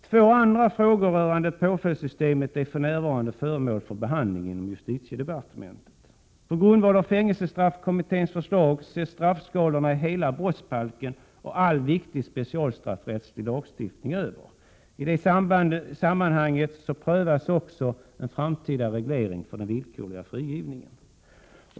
Två andra frågor rörande påföljdssystemet är för närvarande föremål för behandling inom justitiedepartementet. På grundval av fängelsestraffkommitténs förslag ses straffskalorna över inom brottsbalken i dess helhet och inom all viktig specialstraffrättslig lagstiftning. I det sammanhanget prövas också en framtida reglering av den villkorliga frigivningen.